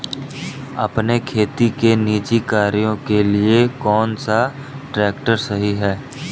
अपने खेती के निजी कार्यों के लिए कौन सा ट्रैक्टर सही है?